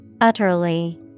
Utterly